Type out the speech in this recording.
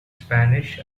spanish